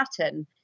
pattern